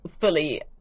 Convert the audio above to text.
fully